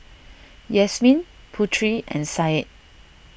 Yasmin Putri and Said